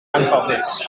anghofus